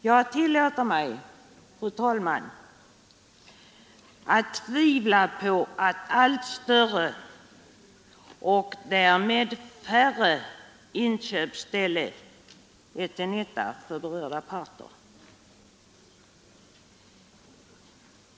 Jag tillåter mig, fru talman, att tvivla på att allt större och därmed färre inköpsställen är till nytta för berörda parter.